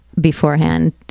beforehand